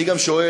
אני גם שואל,